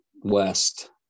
West